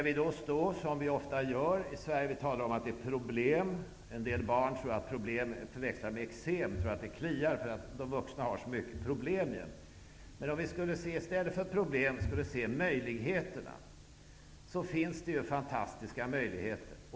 Vi talar ofta i Sverige om att det finns problem. En del barn förväxlar ofta problem med eksem, som kliar, eftersom de vuxna jämt har så mycket problem. Om vi i stället för problem skulle se möjligheterna, finns det fantastiska sådana.